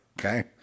okay